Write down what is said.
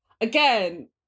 again